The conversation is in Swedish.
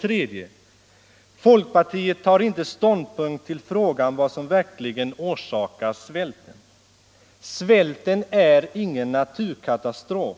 3. Folkpartiet tar inte ståndpunkt till frågan vad som verkligen orsakar svälten. Svälten är ingen naturkatastrof.